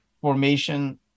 formation